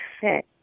fit